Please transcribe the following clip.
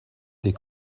des